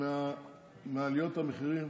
מעליות המחירים